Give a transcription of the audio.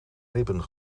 ribben